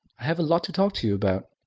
i have a lot to talk to you about.